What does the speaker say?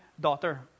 daughter